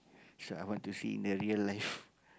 so I want to see in the real life